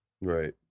Right